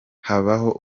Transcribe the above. habaho